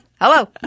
hello